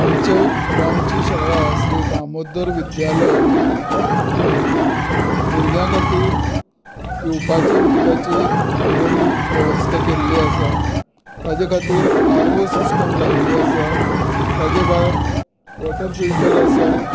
आमच्या गांवची शाळा श्री दामोदर विद्यालय हांतूत भुरग्यां खातीर पिवपाच्या उदकाची बरी वेवस्था केल्ली आसा ताज्या खातीर आरो सिस्टम लायिल्ली आसा ताजे भायर वॉटर फिल्टर आसा